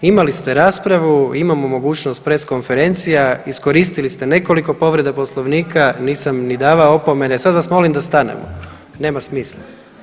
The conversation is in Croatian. Imali ste raspravu, imamo mogućnost press konferencija, iskoristili ste nekoliko povreda Poslovnika nisam ni davao opomene, a sad vas molim da stanemo, nema smisla.